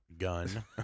gun